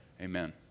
Amen